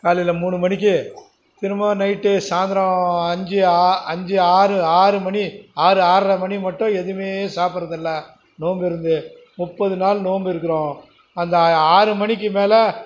காலையில் மூணு மணிக்கு திரும்பவும் நைட்டு சாயந்தரம் அஞ்சு ஆ அஞ்சு ஆறு ஆறு மணி ஆறு ஆற்ரை மணி மட்டும் எதுவுமே சாப்பிடுறது இல்லை நோம்பு இருந்து முப்பது நாள் நோம்பு இருக்கிறோம் அந்த ஆறு மணிக்கு மேலே